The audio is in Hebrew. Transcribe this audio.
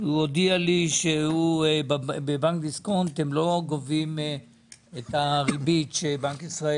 והודיע לי שבבנק דיסקונט הם לא גובים את הריבית של בנק ישראל